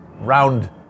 round